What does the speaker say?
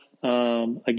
Again